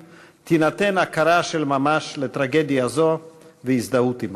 תינתן הכרה של ממש לטרגדיה זו ותהיה הזדהות עמה.